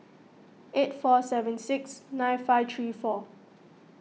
eight four seven six nine five three four